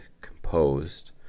composed